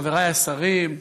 חבריי השרים,